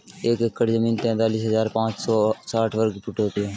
एक एकड़ जमीन तैंतालीस हजार पांच सौ साठ वर्ग फुट होती है